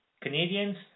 Canadians